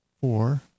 four